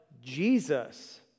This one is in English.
Jesus